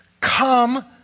Come